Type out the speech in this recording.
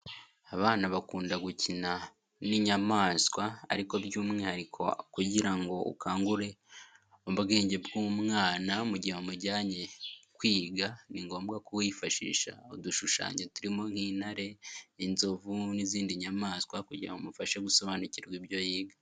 Abana bakunda gukina n'inyamaswa ariko by'umwihariko kugira ngo ukangure ubwenge bw'umwana mu mugihe umujyanye kwiga, ni ngombwa kowifashisha udushushanyo turimo nk'intare, inzovu n'izindi nyamaswa kugira ngo umufashe gusobanukirwa ibyo yiga.